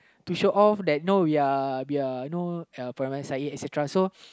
to show off that know we are we are know perangai syed et cetera